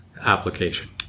application